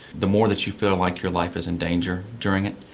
the more that you feel like your life is in danger during it,